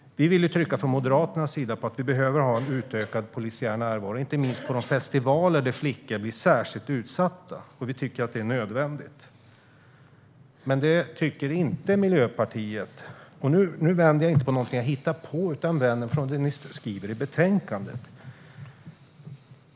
Moderaterna trycker på att vi behöver ha en utökad polisiär närvaro, inte minst på de festivaler där flickor blir särskilt utsatta. Vi tycker att detta är nödvändigt. Det tycker inte Miljöpartiet. Jag utgår inte från något jag hittar på utan från det ni skriver i betänkandet.